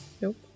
Nope